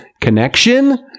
Connection